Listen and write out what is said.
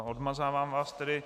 Odmazávám vás tedy.